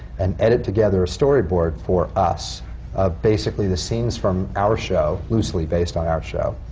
and edit together a storyboard for us of basically the scenes from our show, loosely based on our show,